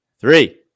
three